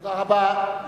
תודה רבה.